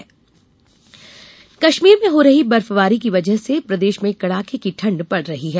मौसम कश्मीर में हो रही बर्फबारी की वजह से प्रदेश में कड़ाके की ठंड पड़ रही है